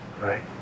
Right